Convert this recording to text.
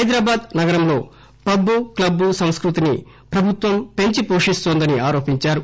హైదరాబాద్ నగరంలో pub club సంస్కృతిని ప్రభుత్వం పెంచి పోషిస్తోందని ఆరోపించారు